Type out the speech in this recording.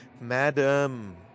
Madam